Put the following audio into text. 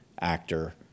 actor